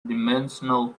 dimensional